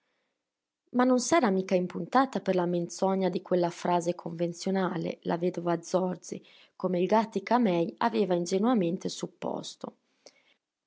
ma non s'era mica impuntata per la menzogna di quella frase convenzionale la vedova zorzi come il gàttica-mei aveva ingenuamente supposto